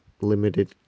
limited